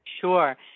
Sure